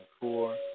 four